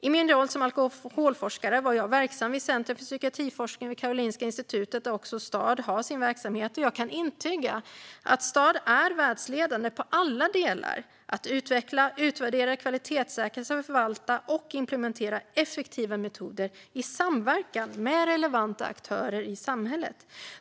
I min roll som alkoholforskare var jag verksam vid Centrum för psykiatriforskning vid Karolinska Institutet, där också STAD har sin verksamhet. Jag kan intyga att STAD är världsledande på alla delar av att utveckla, utvärdera, kvalitetssäkra, förvalta och implementera effektiva metoder i samverkan med relevanta aktörer i samhället.